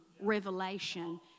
revelation